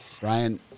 Brian